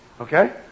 Okay